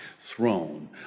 throne